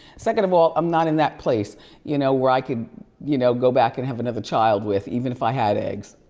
second of all, i'm not in that place you know, where i could you know, go back and have another child with, even if i had the eggs.